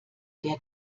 der